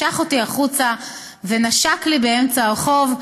משך אותי החוצה ונשק לי באמצע הרחוב.